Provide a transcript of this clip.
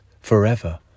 forever